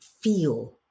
feel